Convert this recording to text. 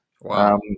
Wow